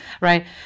right